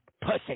pussy